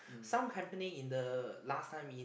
some company in the last time in